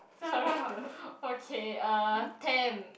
Zara okay uh temp